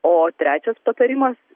o trečias patarimas